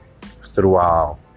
throughout